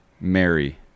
Mary